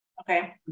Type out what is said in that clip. Okay